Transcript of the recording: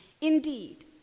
Indeed